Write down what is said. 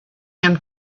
him